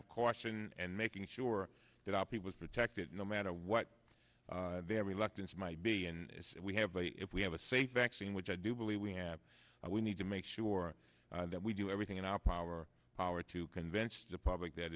of caution and making sure that our people is protected no matter what their reluctance might be and we have a if we have a safe vaccine which i do believe we have we need to make sure that we do everything in our power power to convince the pub that